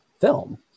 film